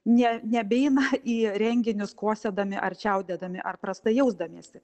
ne nebeina į renginius kosėdami ar čiaudėdami ar prastai jausdamiesi